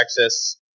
access